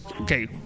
Okay